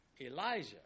Elijah